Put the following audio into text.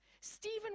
Stephen